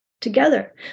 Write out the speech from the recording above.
together